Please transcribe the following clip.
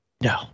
No